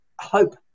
hope